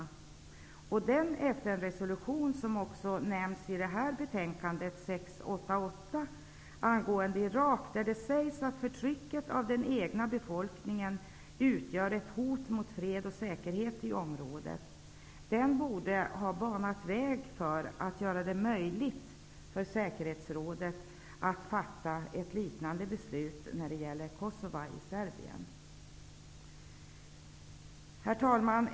FN-resolution nr 688 angående Irak nämns också i det betänkande som vi nu diskuterar, och där sägs det att förtryck av den egna befolkningen utgör ett hot mot fred och säkerhet i området. Den borde ha gjort det möjligt för säkerhetsrådet att fatta ett liknande beslut när det gäller Kosova i Serbien. Herr talman!